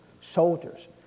soldiers